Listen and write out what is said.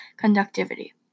conductivity